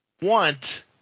want